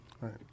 right